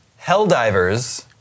Helldivers